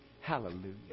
Hallelujah